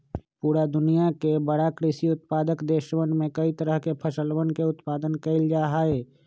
पूरा दुनिया के बड़ा कृषि उत्पादक देशवन में कई तरह के फसलवन के उत्पादन कइल जाहई